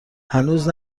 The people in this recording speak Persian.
هنوز